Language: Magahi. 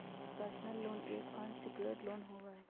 पर्सनल लोन एक अनसिक्योर्ड लोन होबा हई